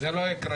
זה לא יקרה.